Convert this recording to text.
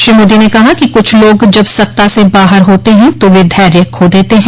श्री मोदी ने कहा कि कुछ लोग जब सत्ता से बाहर होते हैं तो वे धैर्य खो देते हैं